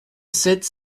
sept